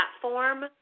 platform